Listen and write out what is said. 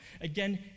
Again